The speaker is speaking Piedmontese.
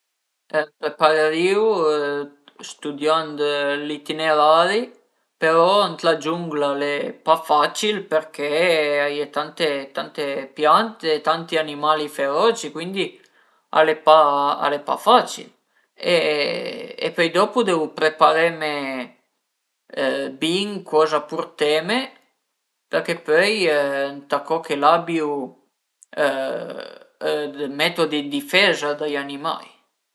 Më preparerìu stüdiant l'itinerari, però ën la giungla al e pa facil perché a ie tante tante piante, tanti animali feroci cuindi al e pa al e pa facil e pöi dopu devu prepareme bin coza purteme perché pöi ëntà co che l'abiu dë metodi dë difeza da i animai